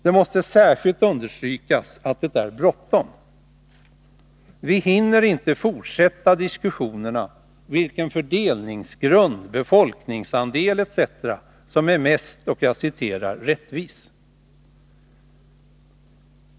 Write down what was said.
Det måste särskilt understrykas att det är bråttom. Vi hinner inte fortsätta diskussionerna om vilken fördelningsgrund — befolkningsandel etc. — som är mest ”rättvis”.